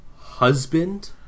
husband